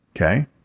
Okay